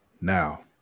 Now